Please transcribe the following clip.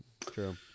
True